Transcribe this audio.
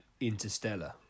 Interstellar